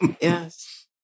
Yes